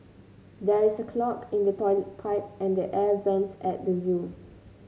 there is a clog in the toilet pipe and the air vents at the zoo